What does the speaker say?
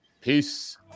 Peace